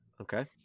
Okay